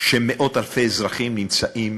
שמאות-אלפי אזרחים הנמצאים